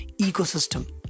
ecosystem